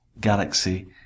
galaxy